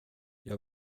jag